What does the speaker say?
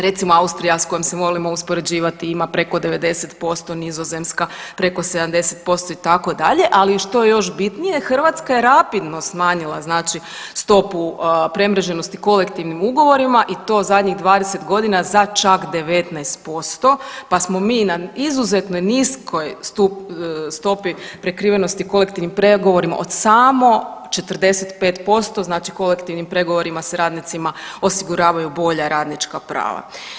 Recimo Austrija s kojom se volimo uspoređivati ima preko 90%, Nizozemska preko 70% itd., ali što je još bitnije Hrvatska je rapidno smanjila znači stopu premreženosti kolektivnim ugovorima i to zadnjih 20 godina za čak 19%, pa smo mi na izuzetno niskoj stopi prekrivenosti kolektivnim pregovorima od samo 45%, znači kolektivnim pregovorima se radnicima osiguravaju bolja radnička prava.